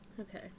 Okay